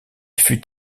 fut